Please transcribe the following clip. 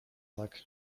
tak